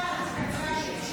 דוד.